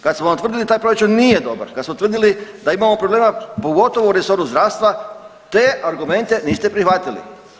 Kad smo vam tvrdili da taj proračun nije dobar, kad smo tvrdili da imamo problema pogotovo u resoru zdravstva te argumente niste prihvatili.